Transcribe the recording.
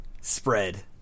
spread